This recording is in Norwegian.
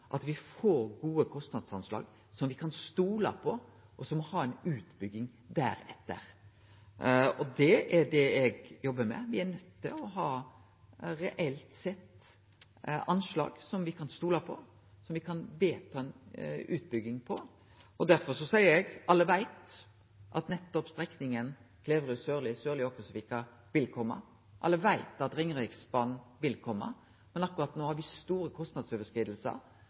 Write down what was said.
at me får gode kostnadsanslag som me kan stole på, og så må me ha ei utbygging etter det. Det er det eg jobbar med. Me er nøydde til å ha reelle anslag som me kan stole på, som me kan vedta ei utbygging etter. Derfor seier eg: Alle veit at strekninga Kleverud–Sørli–Åkersvika vil kome. Alle veit at Ringeriksbanen vil kome. Men akkurat no har me store